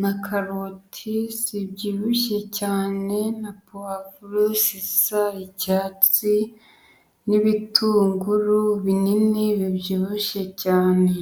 na karoti zibyibushye cyane, na puwavuro zisa icyatsi, n'ibitunguru binini bibyibushye cyane.